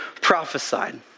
prophesied